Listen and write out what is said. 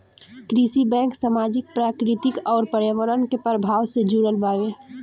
कृषि बैंक सामाजिक, प्राकृतिक अउर पर्यावरण के प्रभाव से जुड़ल बावे